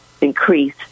increase